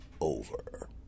over